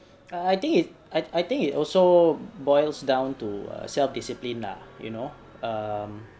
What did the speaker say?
err I think it I I think it also boils down to self discipline lah you know um